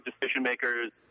decision-makers